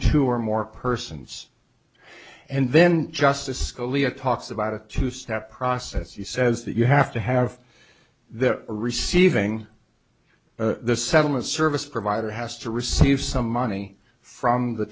two or more persons and then justice scalia talks about a two step process he says that you have to have their receiving the settlement service provider has to receive some money from the